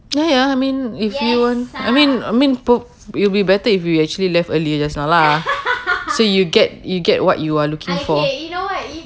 ya ya I mean if you want I mean I mean po~ it'll be better if we actually left earlier just now lah so you get you get what you are looking for